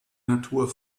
natur